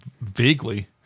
vaguely